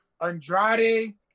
Andrade